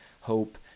hope